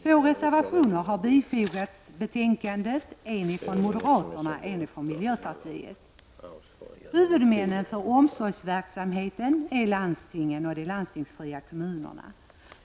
Två reservationer har bifogats betänkandet, en från moderaterna och en från miljöpartiet. Huvudmännen för omsorgsverksamheten är landstingen och de landstingsfria kommunerna.